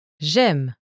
J'aime